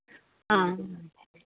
ആ